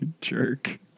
jerk